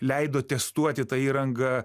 leido testuoti tą įrangą